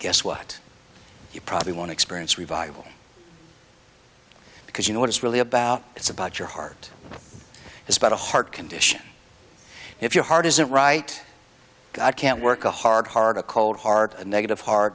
guess what you probably want to experience revival because you know what it's really about it's about your heart it's about a heart condition if your heart isn't right i can't work a hard heart a cold heart a negative heart